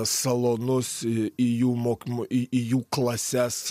salonus į jų mokymo į į jų klases